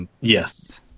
Yes